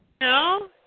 No